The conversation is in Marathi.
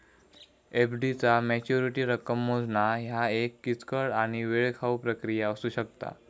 एफ.डी चा मॅच्युरिटी रक्कम मोजणा ह्या एक किचकट आणि वेळखाऊ प्रक्रिया असू शकता